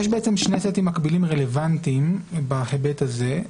יש שני סטים מקבילים רלוונטיים בהיבט הזה,